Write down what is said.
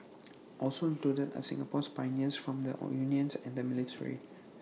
also included are Singapore's pioneers from the unions and the military